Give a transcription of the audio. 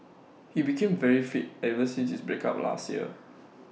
he became very fit ever since his break up last year